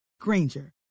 Granger